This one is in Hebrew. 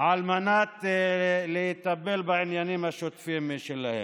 על מנת לטפל בעניינים השוטפים שלהם.